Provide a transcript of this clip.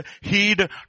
heed